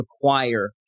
require